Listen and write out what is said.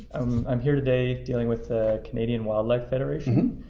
um i'm here today dealing with canadian wildlife federation.